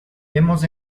hemos